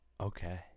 Okay